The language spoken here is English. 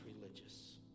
religious